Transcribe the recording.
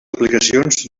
aplicacions